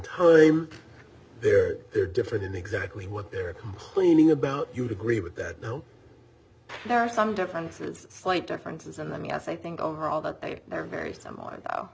time they're they're different in exactly what they're complaining about you would agree with that no there are some differences slight differences and i mean yes i think overall that they are very similar